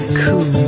cool